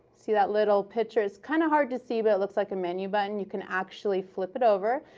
see that little picture? it's kind of hard to see, but it looks like a menu button. you can actually flip it over,